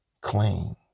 clean